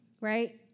Right